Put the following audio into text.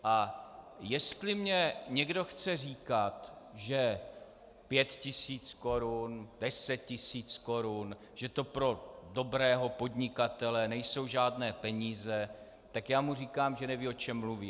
A jestli mně někdo chce říkat, že 5 tis. korun, 10 tis. korun pro dobrého podnikatele nejsou žádné peníze, tak já mu říkám, že neví, o čem mluví.